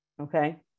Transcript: okay